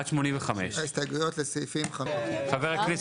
85. ההסתייגויות לסעיפים (5) עד (7)(א).